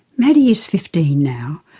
maddy is fifteen now.